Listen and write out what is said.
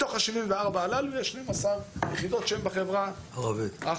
בתוך ה-74 הללו יש 12 יחידות שהן בחברה הערבית.